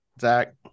Zach